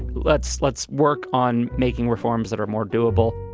let's let's work on making reforms that are more doable